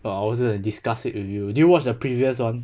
oh I was going to discuss it with you did you watch the previous one